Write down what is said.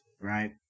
right